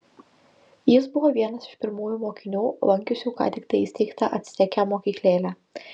jis buvo vienas iš pirmųjų mokinių lankiusių ką tiktai įsteigtą acteke mokyklėlę